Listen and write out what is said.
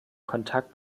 kontakt